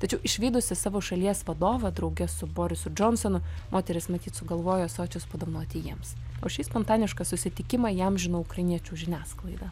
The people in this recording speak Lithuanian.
tačiau išvydusi savo šalies vadovą drauge su borisu džonsonu moteris matyt sugalvojo ąsočius padovanoti jiems o šį spontanišką susitikimą įamžino ukrainiečių žiniasklaida